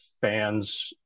fans